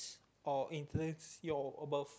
or influence your above